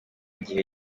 gihe